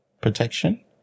protection